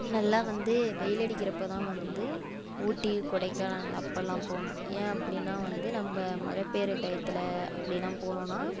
நல்லா வந்து வெயில் அடிக்கிறப்போ தான் வந்து ஊட்டி கொடைக்கானல் அப்போலாம் போகணும் ஏன் அப்படின்னா வந்து நம்ம மழை பெய்கிற டையத்தில் அப்படிலாம் போனோன்னால்